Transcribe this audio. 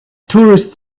tourists